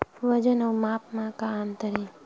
वजन अउ माप म का अंतर हे?